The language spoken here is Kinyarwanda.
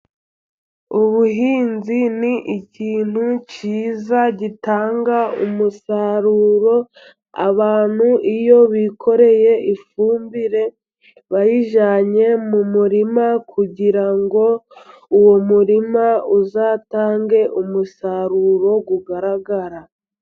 Ubuhinzi ni ikintu cyiza gitanga umusaruro. Abantu iyo bikoreye ifumbire bayijyanye mu murima, kugira ngo uwo murima uzatange umusaruro ugaragara.